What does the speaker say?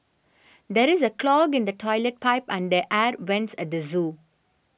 there is a clog in the Toilet Pipe and the Air Vents at the zoo